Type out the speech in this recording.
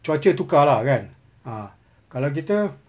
cuaca tukar lah kan ah kalau kita